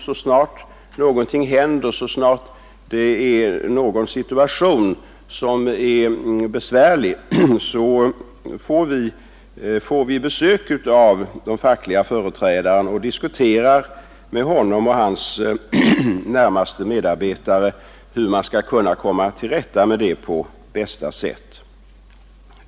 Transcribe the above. Så snart någonting händer, så snart någon besvärlig situation uppkommer, får vi besök av den facklige företrädaren och diskuterar med honom och hans närmaste medarbetare hur man skall komma till rätta med sådant på bästa sätt.